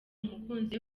umukunzi